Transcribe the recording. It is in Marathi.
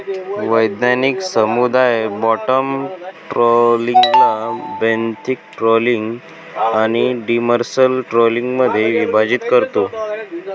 वैज्ञानिक समुदाय बॉटम ट्रॉलिंगला बेंथिक ट्रॉलिंग आणि डिमर्सल ट्रॉलिंगमध्ये विभाजित करतो